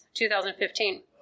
2015